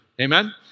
Amen